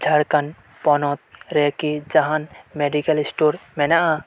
ᱡᱷᱟᱲᱠᱷᱚᱸᱰ ᱯᱚᱱᱚᱛ ᱨᱮᱠᱤ ᱡᱟᱦᱟᱱ ᱢᱮᱰᱤᱠᱮᱞ ᱥᱴᱳᱨ ᱢᱮᱱᱟᱜᱼᱟ